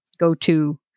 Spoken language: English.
go-to